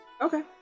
Okay